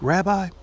Rabbi